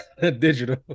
digital